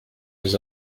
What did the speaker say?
les